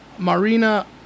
Marina